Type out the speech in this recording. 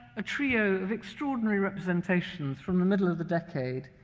a trio of extraordinary representations from the middle of the decade,